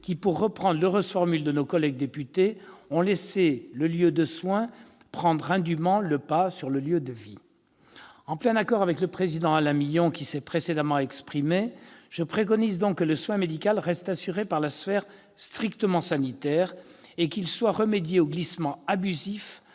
qui, pour reprendre l'heureuse formule de nos collègues députés, ont laissé le lieu de soins prendre indûment le pas sur le lieu de vie. En plein accord avec le président Alain Milon, qui s'est précédemment exprimé, je préconise donc que le soin médical reste assuré par la sphère strictement sanitaire, et qu'il soit remédié au glissement abusif-